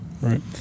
right